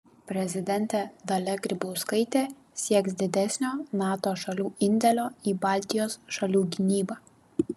prezidentė dalia grybauskaitė sieks didesnio nato šalių indėlio į baltijos šalių gynybą